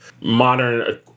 modern